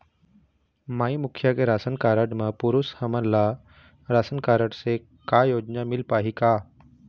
माई मुखिया के ration card म पुरुष हमन ला रासनकारड से का योजना मिल पाही का?